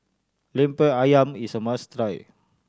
Lemper Ayam is a must try